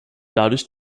dadurch